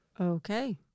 Okay